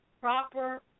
proper